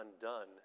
undone